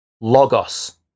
Logos